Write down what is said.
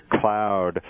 cloud